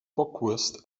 bockwurst